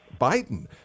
Biden